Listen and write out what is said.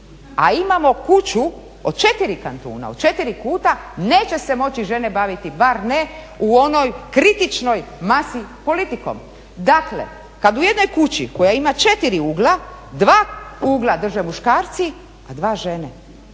a imamo kuću od 4 kantuna, od 4 kuta neće se moći žene baviti bar ne u onoj kritičnoj masi politikom. Dakle, kad u jednoj kući koja ima 4 ugla 2 ugla drže muškarci, a dva žene.